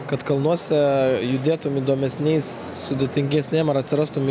kad kalnuose judėtum įdomesniais sudėtingesnėm ar atsirastum